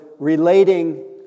relating